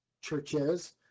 churches